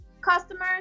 Customers